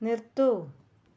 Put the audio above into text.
നിർത്തൂ